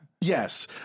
Yes